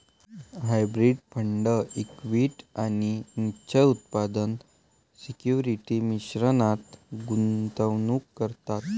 hybrid fund equity आणि निश्चित उत्पन्न सिक्युरिटीज मिश्रणात गुंतवणूक करतात